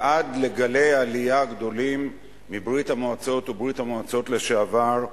ועד לגלי העלייה הגדולים מברית-המועצות וברית-המועצות לשעבר,